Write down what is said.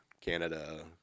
Canada